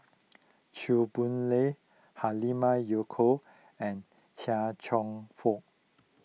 Chew Boon Lay Halimah Yacob and Chia Cheong Fook